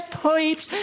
pipes